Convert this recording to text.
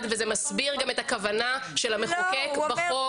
וזה מסביר גם את הכוונה של המחוקק בחוק.